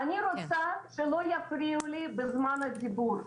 אני רוצה שלא יפריעו לי בזמן הדיבור.